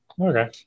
Okay